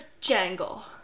Jangle